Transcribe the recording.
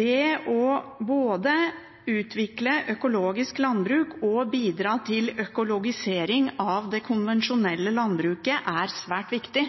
Det både å utvikle økologisk landbruk og å bidra til økologisering av det konvensjonelle landbruket er svært viktig.